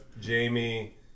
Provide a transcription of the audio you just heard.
Jamie